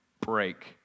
break